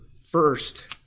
first